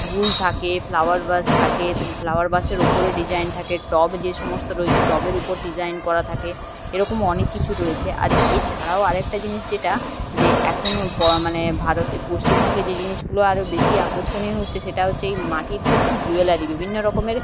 ফুল থাকে flower vase থাকে flower ভাসের ওপরে ডিজাইন থাকে টব যে সমস্ত রয়েছে টবের উপর ডিজাইন করা থাকে এরকম অনেক কিছু রয়েছে আর এছাড়াও আরেকটা জিনিস যেটা যে এখনো প মানে ভারতে পশ্চিমবঙ্গে যে জিনিসগুলো আরো বেশি আকর্ষণীয় উঠছে সেটা হচ্ছে এই মাটির কিন্ত জুয়েলারি বিভিন্ন রকমের